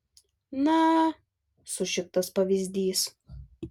na sušiktas pavyzdys